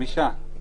הצבעה.